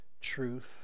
truth